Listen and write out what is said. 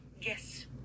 yes